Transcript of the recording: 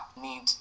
need